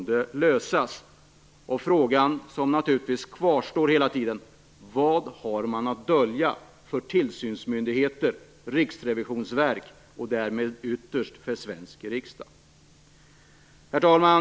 Den fråga som naturligtvis kvarstår hela tiden är: Vad har man att dölja för tillsynsmyndigheterna och Riksrevisionsverket och därmed ytterst för svensk riksdag? Herr talman!